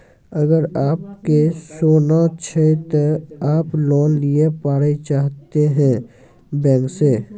अगर आप के सोना छै ते आप लोन लिए पारे चाहते हैं बैंक से?